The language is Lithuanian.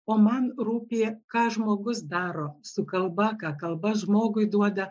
o man rūpi ką žmogus daro su kalba ką kalba žmogui duoda